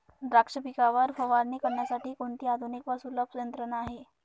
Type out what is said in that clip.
द्राक्ष पिकावर फवारणी करण्यासाठी कोणती आधुनिक व सुलभ यंत्रणा आहे?